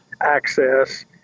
access